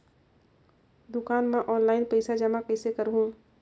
दुकान म ऑनलाइन पइसा जमा कइसे करहु?